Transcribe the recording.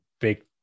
big